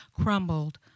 crumbled